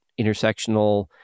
intersectional